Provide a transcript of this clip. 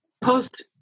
post